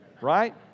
right